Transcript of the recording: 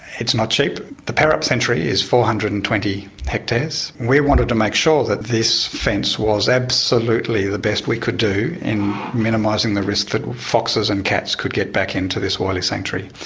it's not cheap. the perup sanctuary is four hundred and twenty hectares. we wanted to make sure that this fence was absolutely the best we could do in minimising the risk that foxes and cats could get back in to this woylie sanctuary.